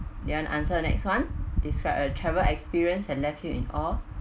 do you want answer the next one describe a travel experience had left you in awe